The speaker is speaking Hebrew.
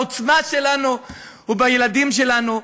העוצמה שלנו היא בילדים שלנו,